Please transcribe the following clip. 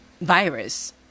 virus